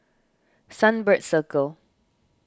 Sunbird Circle